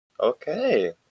Okay